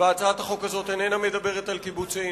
והצעת החוק הזאת איננה מדברת על קיבוצים.